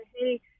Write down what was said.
hey